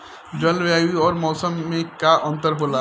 जलवायु और मौसम में का अंतर होला?